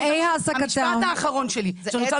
המשפט האחרון שלי שאני רוצה לומר.